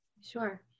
Sure